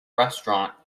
restaurant